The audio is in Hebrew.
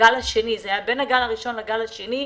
בין הגל הראשון לגל השני,